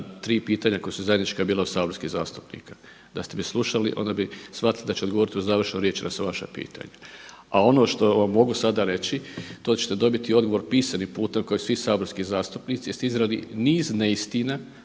tri pitanja koja su zajednička bila od saborskih zastupnika, da ste me slušali onda bi shvatili da ću odgovoriti u završnoj riječi na sva vaša pitanja. A ono što vam mogu sada reći, to ćete dobiti odgovor pisanim putem kao i svi saborski zastupnici jer ste iznijeli niz neistina